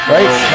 Right